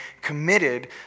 committed